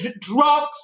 drugs